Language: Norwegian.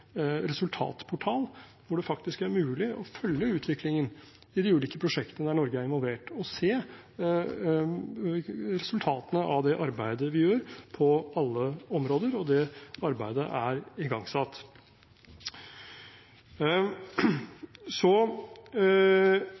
resultatportal, hvor det faktisk er mulig å følge utviklingen i de ulike prosjektene der Norge er involvert, og se resultatene av det arbeidet vi gjør på alle områder. Det arbeidet er igangsatt.